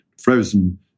frozen